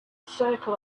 circle